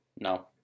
No